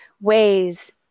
ways